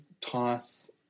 toss